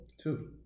Two